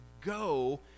go